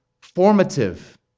formative